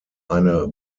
eine